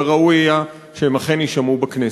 וראוי היה שהם אכן יישמעו בכנסת.